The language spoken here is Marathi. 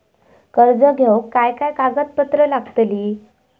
कर्ज घेऊक काय काय कागदपत्र लागतली?